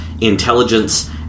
intelligence